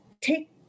take